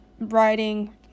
writing